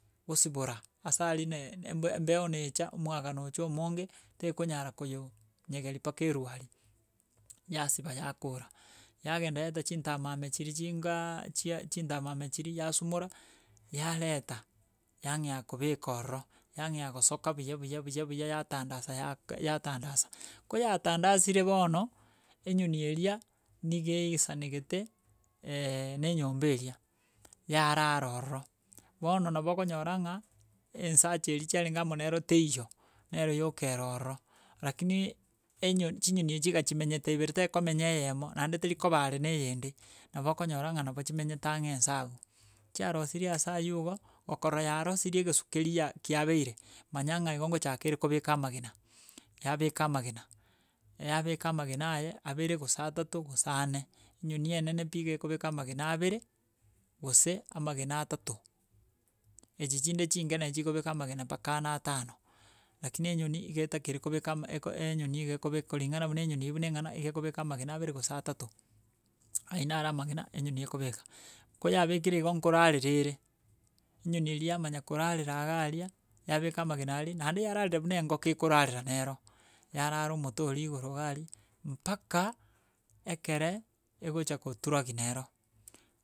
Gosibora, ase aria na embe embeo na echa omwagano na ocha omonge, tekonyara koyeu nyegeri mpaka erw aria, yasiba yakora, yagenda yareta chintamame chiri chingaaa chia chintamama chiri yasumora, yareta, yang'ea kobeka ororo, yang'ea gosoka buya buya buya buya yatandasa yak yatandasa. Ko yatandasire bono, enyoni eria niga eisanegete na enyomba eria, yarara ororo. Bono nabo okonyora ng'a ensacha eria chiarenge amo nero teiyo, nero yoka ero ororo. Rakini enyon chinyoni echio iga chimenyete ibere, tekomenya eyemo, naende terikoba are na eyende, nabo okonyora ng'a nabo chimenyete ang'e nsa abwo, chiarosirie ase aywo igo okorora yarosirie egesu keri ya kiabeire, manya ng'a igo ngochaka ere kobeka amagena, yabeka amagena, yabeka amagena aye abere gose atato gose ane, enyoni enene pi iga egobeka amagena abere, gose amagena atato, echi chinde chinke nachi chikobeka amagena mbaka ane atano rakini enyoni iga etakeire gobeka ama eko enyoni igo ekobeka kuringana buna enyoni eyi buna eng'ana igo ekobeka amagena abere gose atato aywo naro amagena enyoni ekobeka. Ko yabekire igo nkorarera ere, enyoni eri yamanya korarera ga aria, yabeka amagena are naende yararera buna engoko ekorarera nero, yarara omote oria igoro iga aria, mpaka ekere egocha koturaki nero.